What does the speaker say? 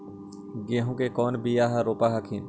गेहूं के कौन बियाह रोप हखिन?